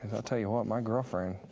i'll tell you what, my girlfriend,